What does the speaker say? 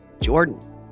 Jordan